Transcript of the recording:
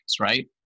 Right